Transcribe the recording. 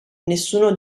nessuno